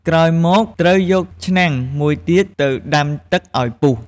ក្រោយមកត្រូវយកឆ្នាំងមួយទៀត ទៅដាំទឹកឲ្យពុះ។